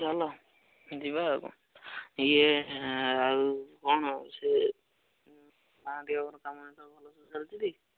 ଚାଲ ଯିବା ଆଉ କ'ଣ ଇଏ ଆଉ କ'ଣ ସେ ମହାନ୍ତି ବାବୁଙ୍କର କାମ ସବୁ ଭଲ ସବୁ ଚାଲିଛିଟି